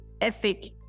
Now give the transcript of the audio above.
ethic